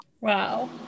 Wow